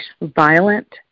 violent